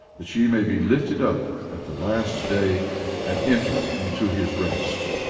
that ye may be lifted up at the last day and enter into his rest.